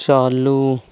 चालू